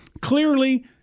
clearly